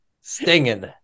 Stinging